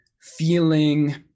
feeling